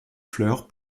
fleurs